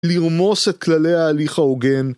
לרמוס את כללי ההליך ההוגן